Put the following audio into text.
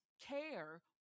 care